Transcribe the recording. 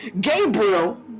Gabriel